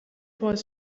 was